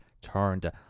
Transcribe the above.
turned